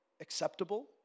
acceptable